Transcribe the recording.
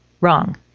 Wrong